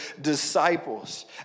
disciples